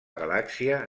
galàxia